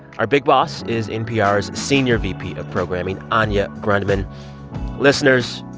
our big boss is npr's senior vp of programming, anya grundmann listeners,